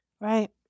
Right